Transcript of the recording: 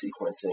sequencing